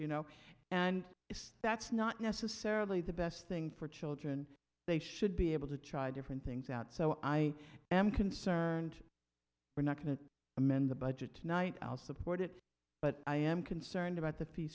you know and if that's not necessarily the best thing for children they should be able to try different things out so i am concerned we're not going to amend the budget tonight i'll support it but i am concerned about the fee